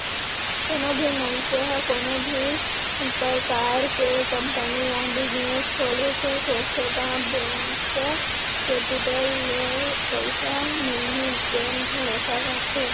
कोनो भी मनसे ह कोनो भी परकार के कंपनी या बिजनेस खोले के सोचथे त वेंचर केपिटल ले पइसा मिलही तेन भरोसा करथे